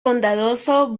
bondadoso